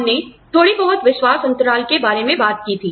हमने थोड़ी बहुत विश्वास अंतराल के बारे में बात की थी